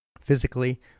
physically